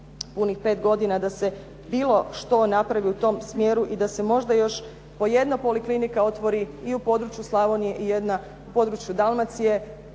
punih pet godina da se bilo što napravi u tom smjeru i da se možda još po jedna poliklinika otvori i u području Slavonije i jedna u području Dalmacije.